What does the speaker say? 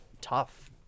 tough